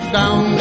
down